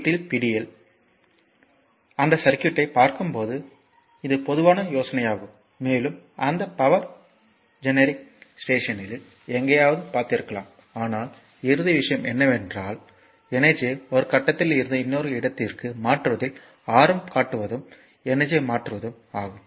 வீட்டின் பிடியில் அந்த சர்க்யூட்யைப் பார்க்கும்போது இது பொதுவான யோசனையாகும் மேலும் அந்த பவர் ஜெனிரிக் ஸ்டேஷனில் எங்காவது பார்த்திருக்கலாம் ஆனால் இறுதி விஷயம் என்னவென்றால் எனர்ஜியை ஒரு கட்டத்தில் இருந்து இன்னொரு இடத்திற்கு மாற்றுவதில் ஆர்வம் காட்டுவதும் எனர்ஜியை மாற்றுவதும் ஆகும்